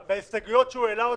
וההסתייגויות שהוא העלה אותן,